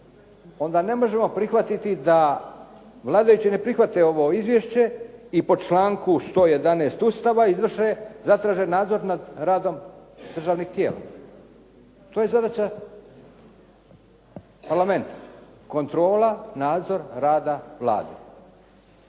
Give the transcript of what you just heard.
onda ne možemo prihvatiti da vladajući ne prihvate ovo izvješće i po članku 111. Ustava izvrše zatražen nadzor nad radom državnih tijela. To je zadaća parlamenta. Kontrola, nadzor rada Vlade.